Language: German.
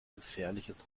gefährliches